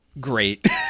great